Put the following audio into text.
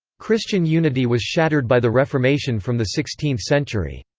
christian unity was shattered by the reformation from the sixteenth century.